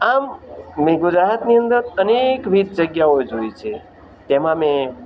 આમ ની ગુજરાતની અંદર અનેકવિધ જગ્યાઓ જોઈ છે તેમાં મેં